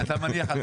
על סמך מה אתה מניח?